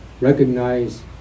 recognize